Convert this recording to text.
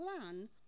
plan